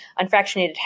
unfractionated